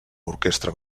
orquestra